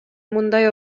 мындай